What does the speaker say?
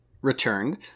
returned